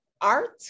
Art